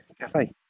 Cafe